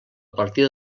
partida